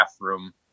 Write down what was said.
room